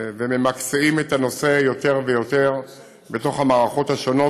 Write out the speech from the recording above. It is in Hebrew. וממקצעים את הנושא יותר ויותר בתוך המערכות השונות,